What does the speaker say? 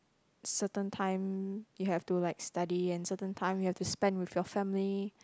certain time you have to like study and certain time you have to spend with your family